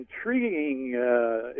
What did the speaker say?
intriguing